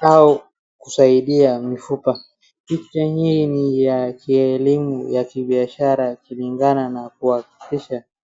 ,au kusaidia mifupa .Picha hii ni ya kielimu ya kibiashara kulingana na kuhakikisha.